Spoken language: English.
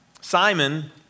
Simon